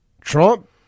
Trump